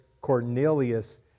Cornelius